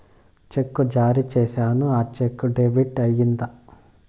చెక్కు జారీ సేసాను, ఆ చెక్కు డెబిట్ అయిందా